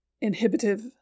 inhibitive